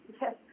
Yes